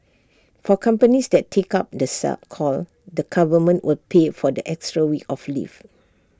for companies that take up the sell call the government will pay for the extra week of leave